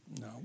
No